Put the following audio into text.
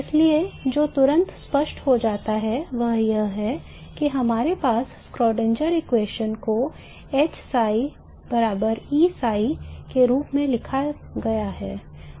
इसलिए जो तुरंत स्पष्ट हो जाता है वह यह है कि यदि हमारे पास श्रोडिंगर समीकरण को HΨ EΨ के रूप में लिखा गया है